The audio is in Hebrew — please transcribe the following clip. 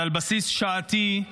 זה על בסיס שעתי,